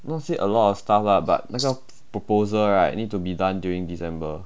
not say a lot of stuff lah but 那个 proposal right need to be done during december